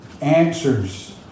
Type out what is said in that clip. answers